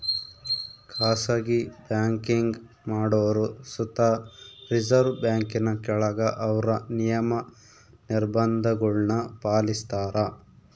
ಖಾಸಗಿ ಬ್ಯಾಂಕಿಂಗ್ ಮಾಡೋರು ಸುತ ರಿಸರ್ವ್ ಬ್ಯಾಂಕಿನ ಕೆಳಗ ಅವ್ರ ನಿಯಮ, ನಿರ್ಭಂಧಗುಳ್ನ ಪಾಲಿಸ್ತಾರ